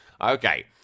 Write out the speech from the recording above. Okay